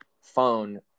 phone